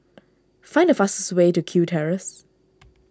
find the fast way to Kew Terrace